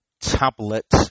tablet